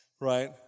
right